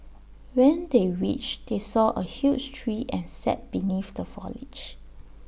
when they reached they saw A huge tree and sat beneath the foliage